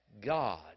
God